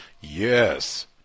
yes